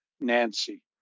Nancy